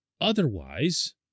otherwise